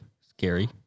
scary